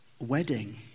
Wedding